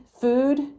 food